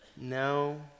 No